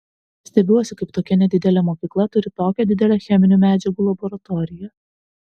stebiuosi kaip tokia nedidelė mokykla turi tokią didelę cheminių medžiagų laboratoriją